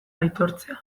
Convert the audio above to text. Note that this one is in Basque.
aitortzea